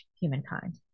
humankind